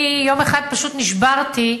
אני יום אחד פשוט נשברתי,